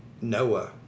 Noah